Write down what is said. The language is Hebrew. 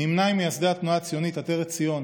נמנה עם מייסדי התנועה הציונית "עטרת ציון",